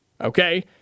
okay